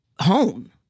home